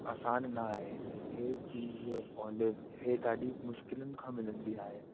आसान न आहे ई चीज़ ऑलिव्स ई ॾाढी मुश्किलनि खां मिलंदी आहे